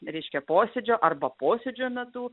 reiškia posėdžio arba posėdžio metu